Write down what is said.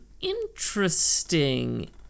Interesting